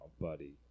Buddy